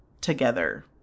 together